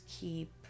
keep